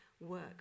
work